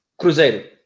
Cruzeiro